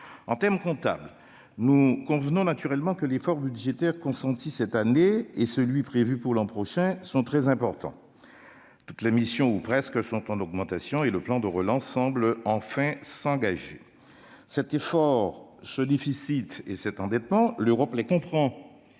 En termes comptables, nous convenons naturellement que l'effort budgétaire consenti cette année et celui prévu pour l'an prochain sont très importants. Toutes les missions ou presque voient leurs crédits augmenter, et le plan de relance semble enfin s'engager. Cet effort, ce déficit et cet endettement, l'Europe les comprend,